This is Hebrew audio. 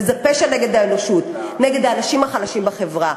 וזה פשע נגד האנושות, נגד האנשים החלשים בחברה.